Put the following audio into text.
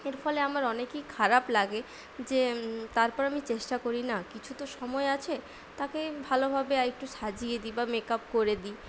এর ফলে আমার অনেকই খারাপ লাগে যে তারপর আমি চেষ্টা করি না কিছু তো সময় আছে তাকে ভালোভাবে আর একটু সাজিয়ে দিই বা মেক আপ করে দিই